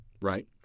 right